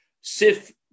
Sif